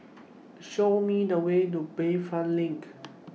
Show Me The Way to Bayfront LINK